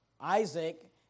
Isaac